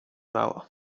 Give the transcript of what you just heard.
mało